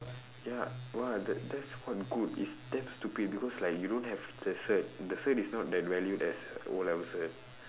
ya what that that's what good it's damn stupid because like you don't have the cert the cert is not that valued as O level cert